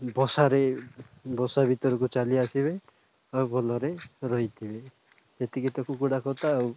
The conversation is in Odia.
ବସାରେ ବସା ଭିତରକୁ ଚାଲି ଆସିବେ ଆଉ ଭଲରେ ରହିଥିବେ ସେତିକି ତ କୁକୁଡ଼ା କଥା ଆଉ